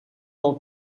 del